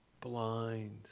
blind